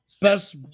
Best